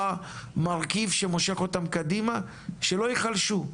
מרכיב שמושך אותן קדימה שלא ייחלשו.